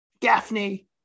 Gaffney